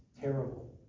terrible